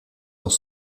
dans